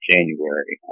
January